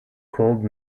called